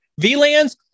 VLANs